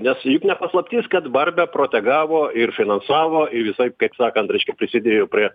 nes juk ne paslaptis kad barbė protegavo ir finansavo ir visaip kaip sakant reiškia prisidėjo prie